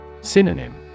Synonym